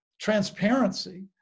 transparency